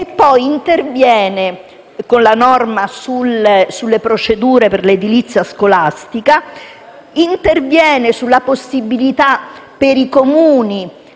Si interviene poi con la norma sulle procedure per l'edilizia scolastica e sulla possibilità per i Comuni